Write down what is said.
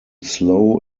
slow